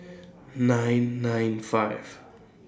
nine nine five